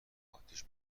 آتش